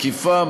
מקיפה,